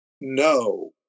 No